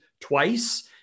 twice